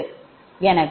எனவே Z11